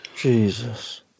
Jesus